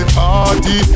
party